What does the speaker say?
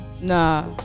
Nah